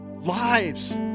Lives